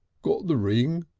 got the ring?